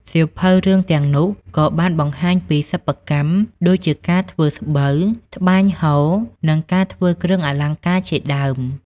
សៀវភៅរឿងទាំងនោះក៏បានបង្ហាញពី សិប្បកម្ម ដូចជាការធ្វើស្បូវ ត្បាញហូល និងការធ្វើគ្រឿងអលង្ការជាដើម។